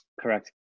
Correct